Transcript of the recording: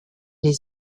les